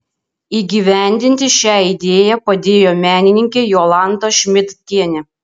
įgyvendinti šią idėją padėjo menininkė jolanta šmidtienė